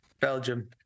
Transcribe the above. belgium